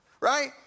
right